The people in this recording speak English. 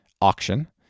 auction